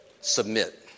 submit